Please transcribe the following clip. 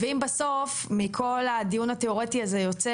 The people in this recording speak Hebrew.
ואם בסוף מכל הדיון התיאורטי הזה יוצא